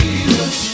Jesus